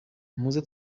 muze